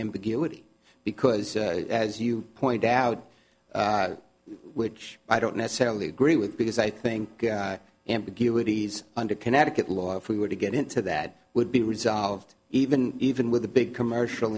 ambiguity because as you point out which i don't necessarily agree with because i think ambiguities under connecticut law if we were to get into that would be resolved even even with the big commercial